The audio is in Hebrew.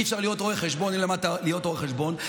אי-אפשר להיות רואה חשבון אם לא למדת להיות רואה חשבון.